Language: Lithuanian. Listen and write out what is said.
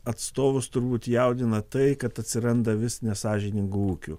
atstovus turbūt jaudina tai kad atsiranda vis nesąžiningų ūkių